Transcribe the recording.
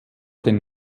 den